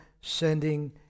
sending